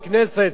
בכנסת,